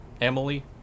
Emily